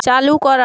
চালু করা